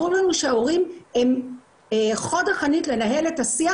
ברור לנו שההורים הם חוד החנית לנהל את השיח